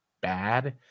bad